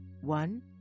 one